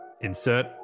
Insert